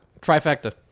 Trifecta